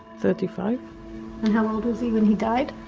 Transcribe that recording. thirty five? and how old was he when he died?